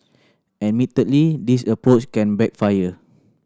admittedly this approach can backfire